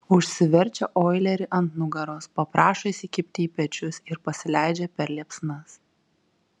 užsiverčia oilerį ant nugaros paprašo įsikibti į pečius ir pasileidžia per liepsnas